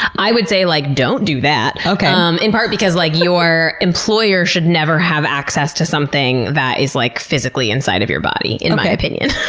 i would say like don't do that, like um in part because like your employer should never have access to something that is like physically inside of your body, in my opinion.